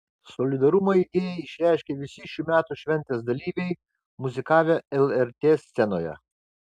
solidarumą idėjai išreiškė visi šių metų šventės dalyviai muzikavę lrt scenoje